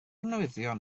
newyddion